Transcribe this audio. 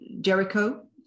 Jericho